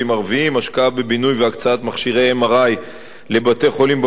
השקעה בבינוי והקצאת מכשירי MRI לבתי-חולים בפריפריה,